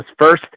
first